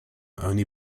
only